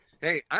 hey